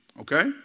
Okay